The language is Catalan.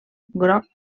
groc